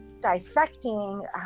dissecting